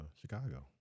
Chicago